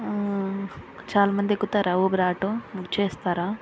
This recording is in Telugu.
చాలామంది ఎక్కుతారా ఊబర్ ఆటో బుక్ చేస్తారా